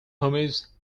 homies